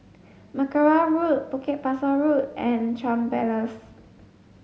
Mackerrow Road Bukit Pasoh Road and Chuan Place